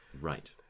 right